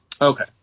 Okay